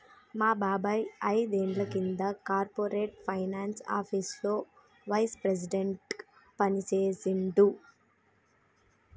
మా బాబాయ్ ఐదేండ్ల కింద కార్పొరేట్ ఫైనాన్స్ ఆపీసులో వైస్ ప్రెసిడెంట్గా పనిజేశిండు